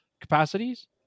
capacities